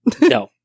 no